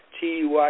tui